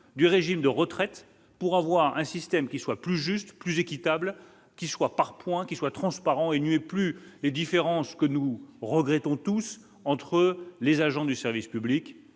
du régime de retraite pour avoir un système qui soit plus juste, plus équitable, qui soit par point qui soit transparent et et plus les différences que nous regrettons tous entre les agents du service public